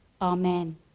Amen